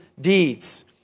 deeds